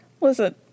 listen